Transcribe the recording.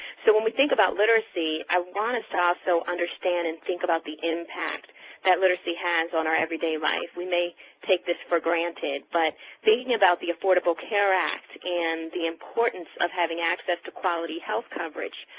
so when we think about literacy, i want us to also understand and think about the impact that literacy has on our everyday life. we may take this for granted, but thinking about the affordable care act and the importance of having access to quality health coverage,